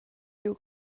giu